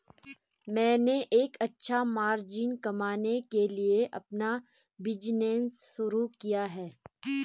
मैंने एक अच्छा मार्जिन कमाने के लिए अपना बिज़नेस शुरू किया है